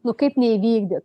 nu kaip neįvykdyt